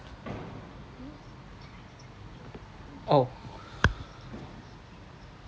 oh